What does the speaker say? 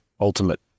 ultimate